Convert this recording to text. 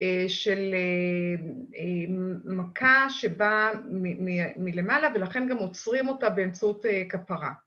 ‫של מכה שבאה מלמעלה, ‫ולכן גם עוצרים אותה באמצעות כפרה.